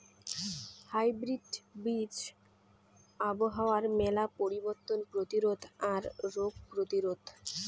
hybrid বীজ আবহাওয়ার মেলা পরিবর্তন প্রতিরোধী আর রোগ প্রতিরোধী